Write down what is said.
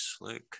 Luke